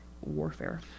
warfare